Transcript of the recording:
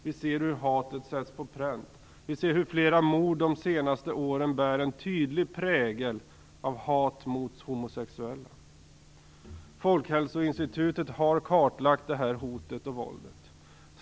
Vi ser hur hatet sätts på pränt. Vi ser att flera mord under de senaste åren bär en tydlig prägel av hat mot homosexuella. Folkhälsoinstitutet har kartlagt detta hot och detta våld.